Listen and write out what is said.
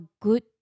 good